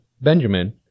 Benjamin